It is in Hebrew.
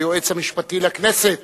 היועץ המשפטי לכנסת,